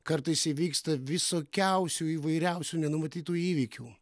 kartais įvyksta visokiausių įvairiausių nenumatytų įvykių